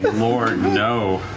but lord, no.